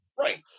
right